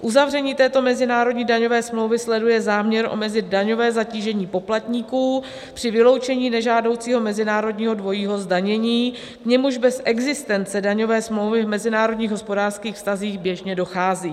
Uzavření této mezinárodní daňové smlouvy sleduje záměr omezit daňové zatížení poplatníků při vyloučení nežádoucího mezinárodního dvojího zdanění, k němuž bez existence daňové smlouvy v mezinárodních hospodářských vztazích běžně dochází.